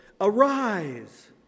Arise